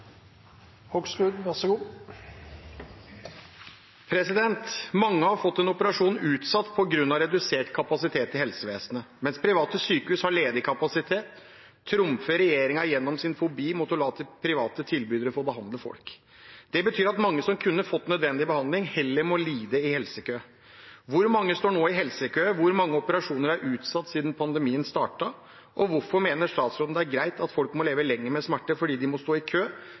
har fått en operasjon utsatt på grunn av redusert kapasitet i helsevesenet. Mens private sykehus har ledig kapasitet, trumfer regjeringen igjennom sin fobi mot å la private tilbydere få behandle folk. Det betyr at mange som kunne fått nødvendig behandling, heller må lide i helsekø. Hvor mange står nå i helsekø, hvor mange operasjoner er utsatt siden pandemien startet, og hvorfor mener statsråden det er greit at folk må leve lenger med smerter fordi de må stå i kø,